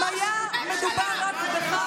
אם היה מדובר רק בך,